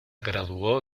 graduó